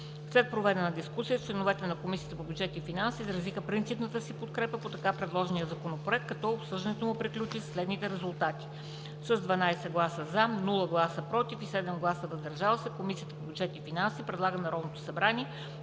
След проведената дискусия членовете на Комисията по бюджет и финанси изразиха принципната си подкрепа за така предложения Законопроект, като обсъждането му приключи със следните резултати: С 12 гласа „за”, без „против“ и 7 гласа „въздържали се” Комисията по бюджет и финанси предлага на Народното събрание